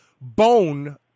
bone